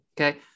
Okay